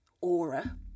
aura